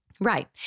Right